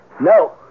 No